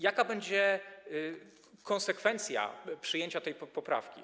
Jaka będzie konsekwencja przyjęcia tej poprawki?